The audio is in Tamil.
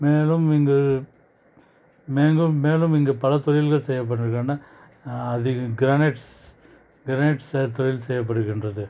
மேலும் இங்கு மேலும் மேலும் இங்கு பல தொழில்கள் செய்யப்படுகின்றன அது கிரானைட்ஸ் கிரானைட்ஸ் செய்கிற தொழில் செய்யப்படுகின்றது